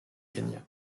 kenya